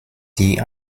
die